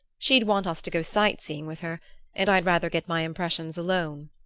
she'd want us to go sight-seeing with her and i'd rather get my impressions alone.